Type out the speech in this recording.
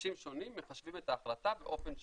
אנשים שונים מחשבים את ההחלטה באופן שונה.